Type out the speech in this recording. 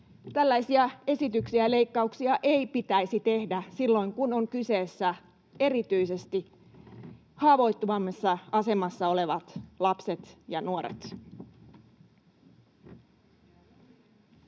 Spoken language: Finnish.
tällaisia esityksiä ja leikkauksia ei pitäisi tehdä silloin, kun ovat kyseessä erityisesti haavoittuvammassa asemassa olevat lapset ja nuoret.